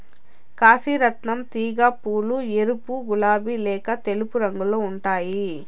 కాశీ రత్నం తీగ పూలు ఎరుపు, గులాబి లేక తెలుపు రంగులో ఉంటాయి